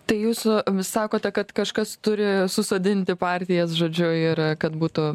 tai jūsų vis sakote kad kažkas turi susodinti partijas žodžiu ir kad būtų